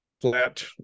flat